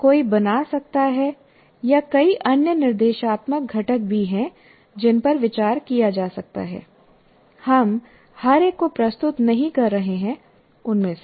कोई बना सकता है या कई अन्य निर्देशात्मक घटक भी हैं जिन पर विचार किया जा सकता है हम हर एक को प्रस्तुत नहीं कर रहे हैं उनमें से